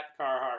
Carhartt